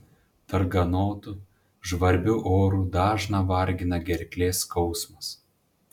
darganotu žvarbiu oru dažną vargina gerklės skausmas